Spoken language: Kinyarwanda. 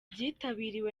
byitabiriwe